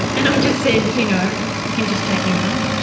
and i just said, you know you can just take me home.